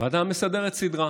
הוועדה המסדרת סידרה.